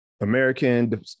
American